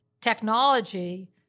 technology